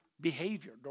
behavior